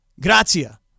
Grazia